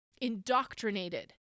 indoctrinated